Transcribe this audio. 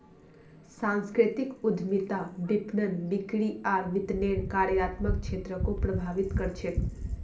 सांस्कृतिक उद्यमिता विपणन, बिक्री आर वितरनेर कार्यात्मक क्षेत्रको प्रभावित कर छेक